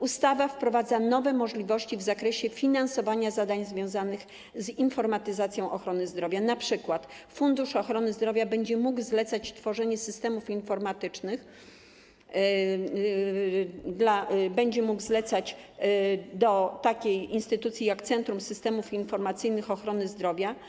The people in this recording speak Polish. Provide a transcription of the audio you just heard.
Ustawa wprowadza nowe możliwości w zakresie finansowania zadań związanych z informatyzacją ochrony zdrowia, np. fundusz ochrony zdrowia będzie mógł zlecać tworzenie systemów informatycznych do takiej instytucji jak Centrum Systemów Informacyjnych Ochrony Zdrowia.